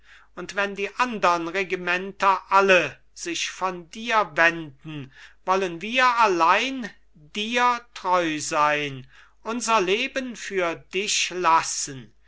und wenn die andern regimenter alle sich von dir wenden wollen wir allein dir treu sein unser leben für dich lassen